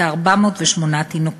408 תינוקות.